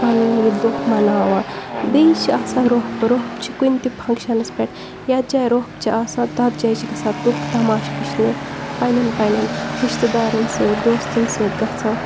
پَنُن یہِ دۄہ مَناوان بیٚیہِ چھِ آسان روٚف روٚف چھِ کُنہِ تہِ فَنٛگشَنَس پٮ۪ٹھ یَتھ جایہِ روٚف چھِ آسان تَتھ جایہِ چھِ گژھان لُکھ تَماشہٕ وٕچھنہِ پنٛنٮ۪ن پنٛنٮ۪ن رِشتہٕ دارَن سۭتۍ دوستَن سۭتۍ گژھان